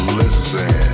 listen